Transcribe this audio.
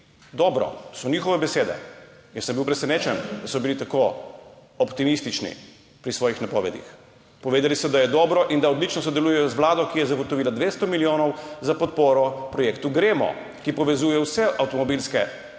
dobro. To so njihove besede, jaz sem bil presenečen, da so bili tako optimistični pri svojih napovedih. Povedali so, da je dobro in da odlično sodelujejo z vlado, ki je zagotovila 200 milijonov za podporo projektu GREMO, ki povezuje vse avtomobilske